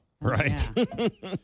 right